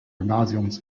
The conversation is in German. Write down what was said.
gymnasiums